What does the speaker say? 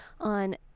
on